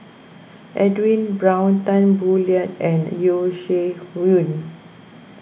Edwin Brown Tan Boo Liat and Yeo Shih Yun